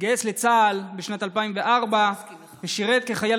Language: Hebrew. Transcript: התגייס לצה"ל בשנת 2004 ושירת כחייל